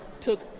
took